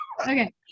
Okay